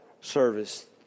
service